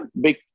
big